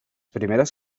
primeras